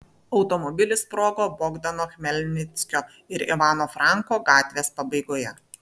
automobilis sprogo bogdano chmelnickio ir ivano franko gatvės pabaigoje